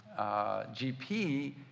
GP